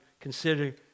consider